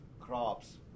crops